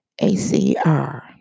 ACR